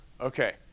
Okay